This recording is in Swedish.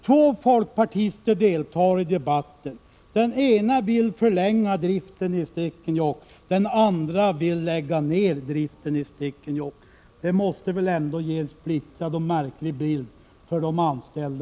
Två folkpartister deltar i debatten. Den ene vill förlänga driften vid Stekenjokk, medan den andre vill lägga ned den. De anställda uppe i Stekenjokk måste då få en splittrad och märklig bild.